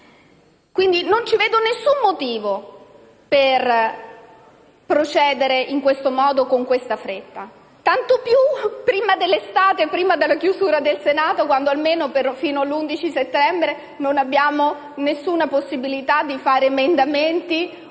Non vedo alcun motivo per procedere in questo modo e con questa fretta, tanto più prima dell'estate e della chiusura del Senato, quando almeno fino all'11 settembre non abbiamo alcuna possibilità di fare emendamenti